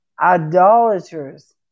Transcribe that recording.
idolaters